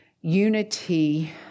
unity